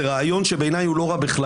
זה רעיון שבעיניי הוא לא רע בכלל,